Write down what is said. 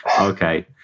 Okay